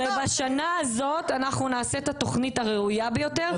ובשנה הזאת אנחנו נעשה את התוכנית הראויה ביותר.